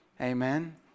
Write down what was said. Amen